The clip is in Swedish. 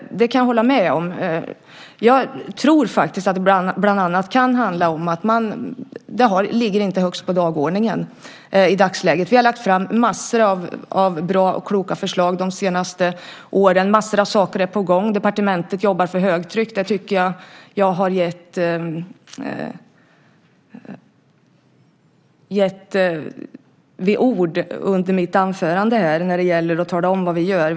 Det kan jag hålla med om. Jag tror att det bland annat kan handla om att det inte står högst på dagordningen i dagsläget. Vi har lagt fram massor av bra och kloka förslag de senaste åren, och massor av saker är på gång. Departementet jobbar för högtryck. Jag tycker att jag har gett ord åt det i mitt anförande när det gäller att tala om vad vi gör.